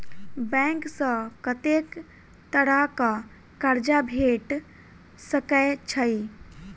Bank सऽ कत्तेक तरह कऽ कर्जा भेट सकय छई?